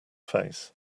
face